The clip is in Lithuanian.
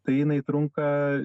tai jinai trunka